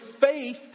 faith